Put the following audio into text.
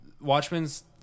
Watchmen's